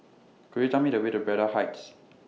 Could YOU Tell Me The Way to Braddell Heights